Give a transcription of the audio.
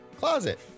Closet